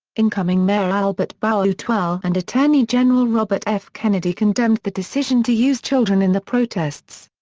incoming mayor albert boutwell and attorney general robert f. kennedy condemned the decision to use children in the protests.